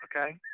okay